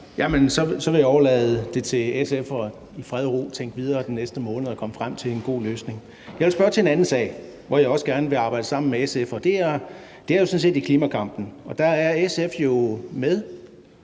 Jamen så vil jeg overlade det til SF i fred og ro at tænke videre den næste måned og komme frem til en god løsning. Jeg vil spørge til en anden sag, hvor jeg også gerne vil arbejde sammen med SF, og det er sådan set i klimakampen. Der er SF jo med